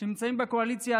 שנמצאות בקואליציה,